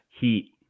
Heat